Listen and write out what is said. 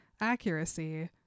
Accuracy